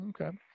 Okay